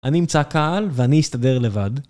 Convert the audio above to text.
אני אמצא קהל ואני אסתדר לבד.